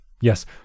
Yes